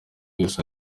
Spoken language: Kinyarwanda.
yesu